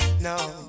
No